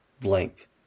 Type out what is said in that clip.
blank